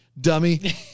dummy